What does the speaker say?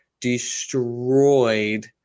destroyed